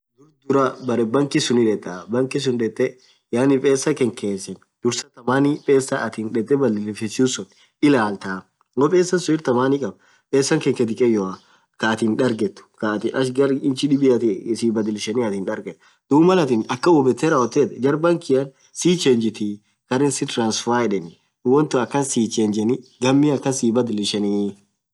Wonn dhurah berre bankii suun dhethaa yaani pesa khankesen dhursaa thamani pesa atin dhethee badhilifethu suun ilalthaa woo pesa suun irthamani khabb pesaa khanke dhikeyoa thaa athin dargethu kaathin acch garr inchi dhibiatin si badhilishen atin darghethu dhub atin hubethee rawothethu jarr bakian si chenjithii currency transfer yedheni woo wontan akhan si chenjeni ghammi akhan sibadhlishenii